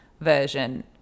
version